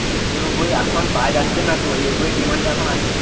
নতুন বই এখন পাওয়া যাচ্ছে না তো এই বইয়ের ডিমান্ড এখন আছে